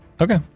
Okay